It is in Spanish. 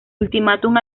ultimátum